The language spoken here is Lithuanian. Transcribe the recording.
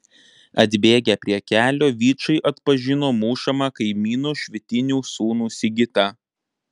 atbėgę prie kelio vyčai atpažino mušamą kaimynu švitinių sūnų sigitą